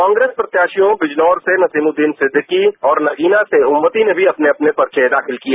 कांग्रेस प्रत्याशियों बिजनौर से नसीमुद्दीन सिद्दीकी और नगीना से ओमवती ने भी अपने अपने पर्चे दाखिल किए